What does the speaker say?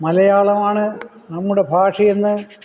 മലയാളമാണ് നമ്മുടെ ഭാഷയെന്ന്